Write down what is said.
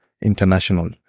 international